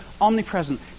omnipresent